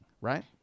right